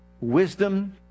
Wisdom